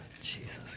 Jesus